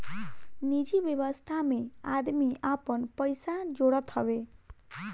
निजि व्यवस्था में आदमी आपन पइसा जोड़त हवे